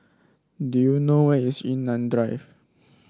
do you know where is Yunnan Drive